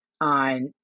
on